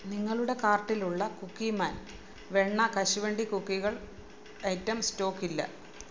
നിങ്ങളുടെ കാർട്ടിലുള്ള cookie man വെണ്ണ കശുവണ്ടി കുക്കികൾ ഐറ്റം സ്റ്റോക്ക് ഇല്ല